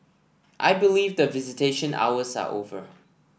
I believe the visitation hours are over